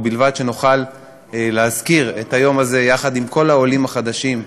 ובלבד שנוכל להזכיר את היום הזה יחד עם כל העולים החדשים,